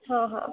हा हा